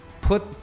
put